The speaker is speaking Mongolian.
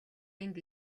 энд